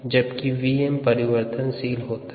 जबकि Vm परिवर्तनशील होता है